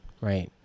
Right